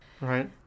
right